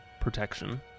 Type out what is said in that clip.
protection